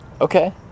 Okay